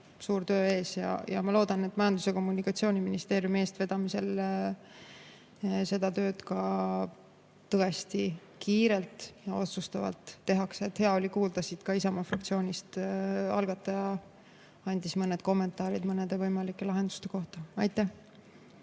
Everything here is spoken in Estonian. suur töö ees ja ma loodan, et Majandus‑ ja Kommunikatsiooniministeeriumi eestvedamisel seda tööd tõesti kiirelt ja otsustavalt tehakse. Hea oli kuulda siit, et ka Isamaa fraktsioonist algataja andis mõned kommentaarid mõnede võimalike lahenduste kohta. Aitäh!